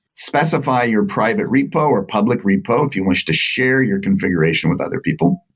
specify your private repo or public repo if you wish to share your configuration with other people.